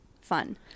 Fun